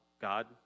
God